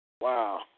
Wow